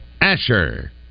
Asher